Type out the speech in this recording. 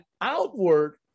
outward